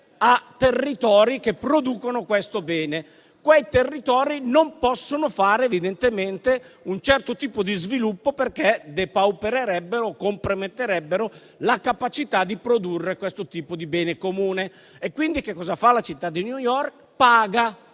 a territori che producono questo bene. Quei territori non possono fare evidentemente un certo tipo di sviluppo, perché depaupererebbero e comprometterebbero la capacità di produrre quel tipo di bene comune. Quindi che cosa fa la città di New York? Paga